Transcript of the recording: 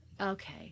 Okay